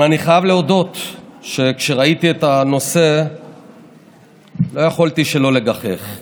אבל אני חייב להודות שכשראיתי את הנושא לא יכולתי שלא לגחך.